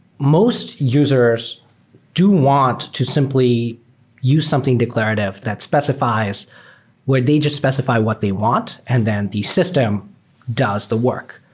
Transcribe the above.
most users do want to simply use something declarative that specifi es where they just specify what they want and then the system does the work.